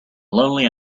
lonely